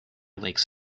lakes